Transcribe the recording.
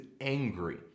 angry